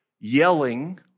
yelling